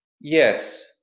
Yes